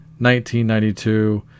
1992